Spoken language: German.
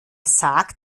sagt